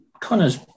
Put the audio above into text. Connor's